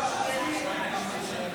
נעבור לקריאה השלישית.